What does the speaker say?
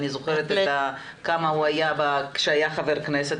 אני זוכרת כמה הוא היה קשור אליהם כשהיה חבר כנסת,